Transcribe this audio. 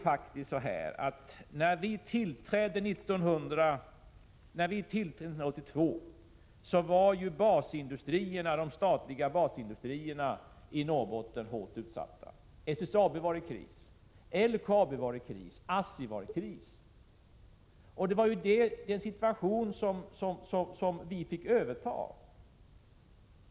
När vi tillträdde 1982, Erik Holmkvist, var de statliga basindustrierna i Norrbotten faktiskt hårt utsatta. SSAB var i kris, LKAB var i kris och ASSI var i kris. Det var denna situation som vi fick överta.